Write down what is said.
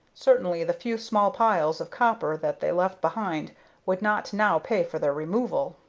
certainly the few small piles of copper that they left behind would not now pay for their removal.